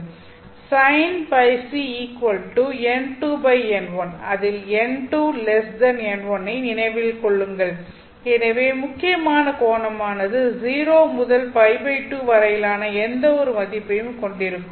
sin Øcn2n1 அதில் n2n1 ஐ நினைவில் கொள்ளுங்கள் எனவே முக்கியமான கோணமானது 0 முதல் Π2 வரையிலான எந்தவொரு மதிப்பையும் கொண்டிருக்கும்